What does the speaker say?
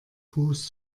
fuß